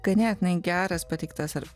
ganėtinai geras pateiktas ar